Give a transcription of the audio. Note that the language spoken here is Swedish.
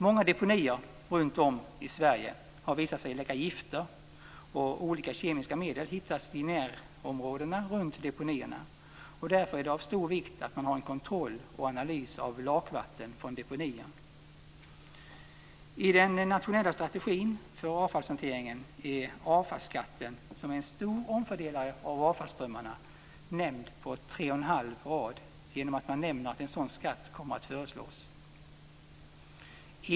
Många deponier runt om i Sverige har visat sig läcka gifter, och olika kemiska medel hittas i närområdena runt deponierna. Därför är det av stor vikt att man har en kontroll och analys av lakvatten från deponierna. I den nationella strategin för avfallshanteringen är avfallsskatten, som är en stor omfördelare av avfallsströmmarna, nämnd på tre och en halv rad. Man nämner att en sådan skatt kommer att föreslås.